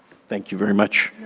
thank you very much.